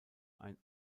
ein